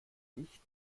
nicht